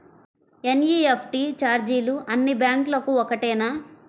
NEFT ఛార్జీలు అన్నీ బ్యాంక్లకూ ఒకటేనా?